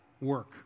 work